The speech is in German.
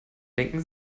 denken